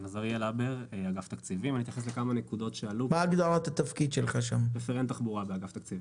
אריאל הבר, רפרנט תחבורה באגף התקציבים.